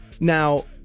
Now